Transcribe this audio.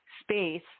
space